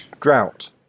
Drought